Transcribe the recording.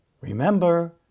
Remember